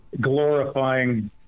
glorifying